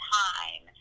time